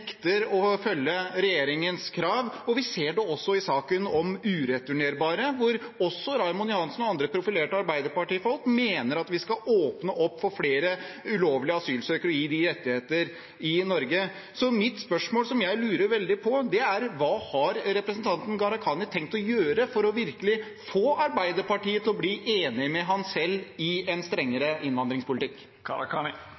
nekter å følge regjeringens krav. Vi ser det også i saken om ureturnerbare, hvor Raymond Johansen og andre profilerte arbeiderpartifolk mener at vi skal åpne opp for flere ulovlige asylsøkere og gi dem rettigheter i Norge. Så mitt spørsmål, og det lurer jeg veldig på, er: Hva har representanten Gharahkhani tenkt å gjøre for virkelig å få Arbeiderpartiet til å bli enig med ham selv i en